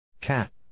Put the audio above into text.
Cat